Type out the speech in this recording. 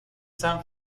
san